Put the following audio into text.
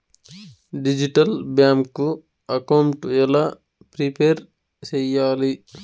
Digital bank account ఎలా prepare సెయ్యాలి?